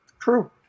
True